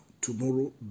tomorrow